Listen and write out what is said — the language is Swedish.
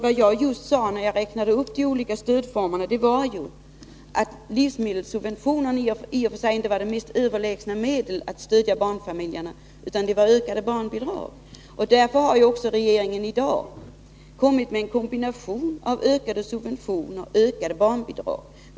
Vad jag sade när jag räknade upp de olika stödformerna var just att livsmedelssubventionerna i och för sig inte är något överlägset medel att stödja barnfamiljerna, utan det är ökade barnbidrag. Därför har också regeringen kommit med en kombination av ökade subventioner och ökade barnbidrag.